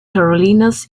carolinas